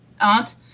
aunt